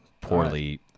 Poorly